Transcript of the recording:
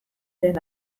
zen